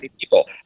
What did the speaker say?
people